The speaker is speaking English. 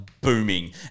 booming